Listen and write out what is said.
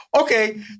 okay